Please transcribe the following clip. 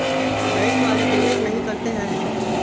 Bank वाले प्रवेश नहीं करते हैं?